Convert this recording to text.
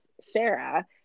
Sarah